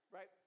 Right